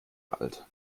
alt